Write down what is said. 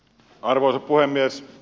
arvoisa puhemies